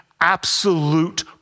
absolute